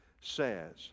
says